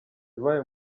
yabaye